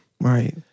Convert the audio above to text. Right